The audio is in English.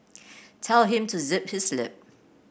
tell him to zip his lip